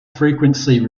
frequency